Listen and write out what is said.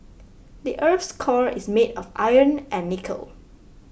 the earth's core is made of iron and nickel